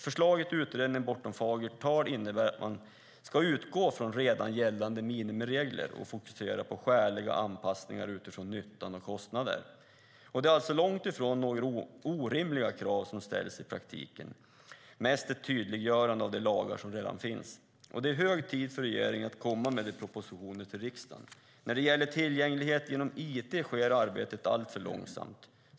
Förslaget i utredningen Bortom fagert tal innebär att man ska utgå från redan gällande minimiregler och fokusera på "skäliga" anpassningar utifrån nytta och kostnader. Det är alltså långt ifrån några orimliga krav som ställs - i praktiken mest ett tydliggörande av de lagar som redan finns. Det är hög tid för regeringen att komma med en proposition till riksdagen. När det gäller tillgänglighet genom it sker arbetet alltför långsamt.